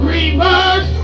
Reverse